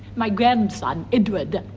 my grandson edward.